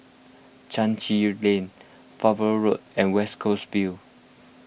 Chai Chee Lane Farnborough Road and West Coast Vale